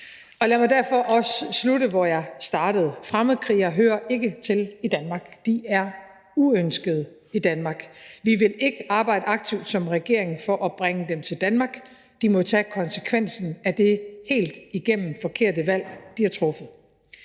Lad mig derfor også slutte, hvor jeg startede: Fremmedkrigere hører ikke til i Danmark, de er uønskede i Danmark. Vi vil ikke arbejde aktivt som regering for at bringe dem til Danmark; de må tage konsekvensen af det helt igennem forkerte valg, de har truffet.